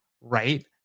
right